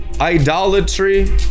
idolatry